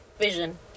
Vision